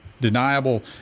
deniable